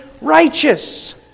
righteous